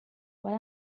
what